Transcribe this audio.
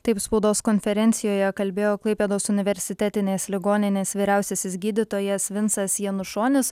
taip spaudos konferencijoje kalbėjo klaipėdos universitetinės ligoninės vyriausiasis gydytojas vincas janušonis